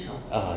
ah